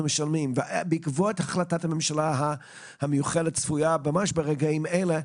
משלמים בעקבות החלטות הממשלה המיוחלת ברגעים אלה,